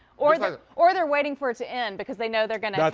or they or they are waiting for it to end because they know they kind of